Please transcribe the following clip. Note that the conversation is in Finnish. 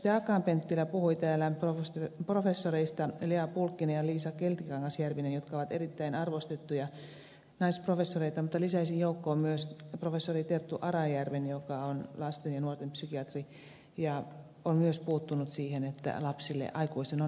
akaan penttilä puhui professoreista lea pulkkinen ja liisa keltikangas järvinen jotka ovat erittäin arvostettuja naisprofessoreita mutta lisäisin joukkoon myös professori terttu arajärven joka on lasten ja nuorten psykiatri ja on myös puuttunut siihen että aikuisen on annettava lapsille aikaa